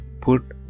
put